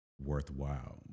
worthwhile